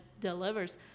delivers